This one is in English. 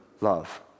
love